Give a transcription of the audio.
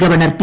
governor P